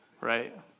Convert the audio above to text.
right